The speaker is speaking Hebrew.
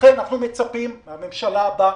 לכן אנחנו מצפים מהממשלה הבאה,